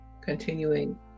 continuing